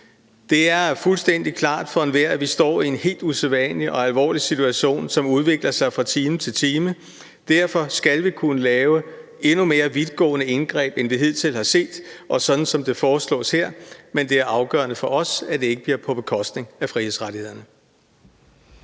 Det er fuldstændig klart for enhver, at vi står i en helt usædvanlig og alvorlig situation, som udvikler sig fra time til time. Derfor skal vi kunne lave endnu mere vidtgående indgreb, end vi hidtil har set, og sådan som det foreslås her. Men det er afgørende for os, at det ikke bliver på bekostning af frihedsrettighederne.